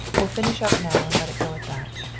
we'll finish up now and let it go at that.